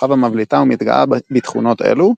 כוכבה מבליטה ומתגאה בתכונות אלו,